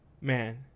man